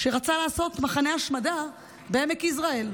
שרצה לעשות מחנה השמדה בעמק יזרעאל,